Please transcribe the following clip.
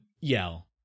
yell